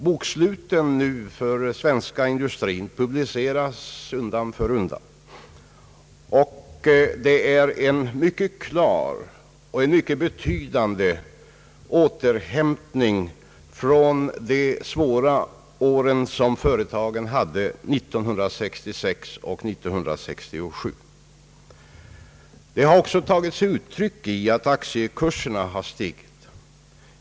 Boksluten för den svenska industrin publiceras nu undan för undan, och de visar en mycket klar och en mycket betydande återhämtning från de för företagen svåra åren 1966 och 1967. Detta har också tagit sig uttryck i att aktiekurserna har stigit.